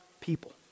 people